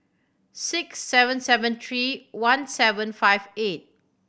six seven seven three one seven five eight